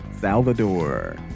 Salvador